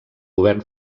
govern